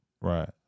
Right